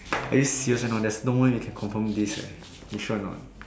are you serious or not there's no one you can confirm this eh you sure or not